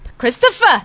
Christopher